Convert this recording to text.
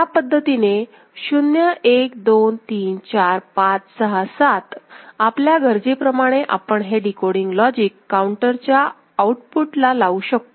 या पद्धतीने 0 1 2 3 4 5 6 7 आपल्या गरजेप्रमाणे आपण हे डिकोडिंग लॉजिक काऊंटरच्या आऊटपुटला लावू शकतो